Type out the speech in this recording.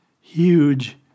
huge